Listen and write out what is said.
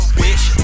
bitch